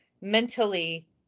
mentally